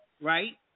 right